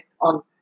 on